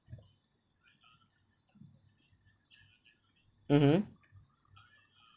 mmhmm